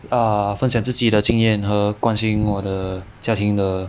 err 分享自己的经验和关心我的家庭的